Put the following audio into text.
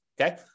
okay